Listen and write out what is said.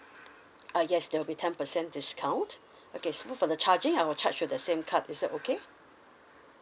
uh yes there will be ten percent discount okay so for the charging I will charge with the same card is that okay